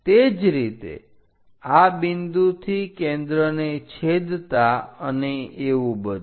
તે જ રીતે આ બિંદુથી કેન્દ્રને છેદતા અને એવું બધું